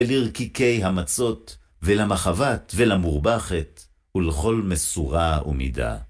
ולרקיקי המצות, ולמחבת ולמורבכת, ולכל מסורה ומידה.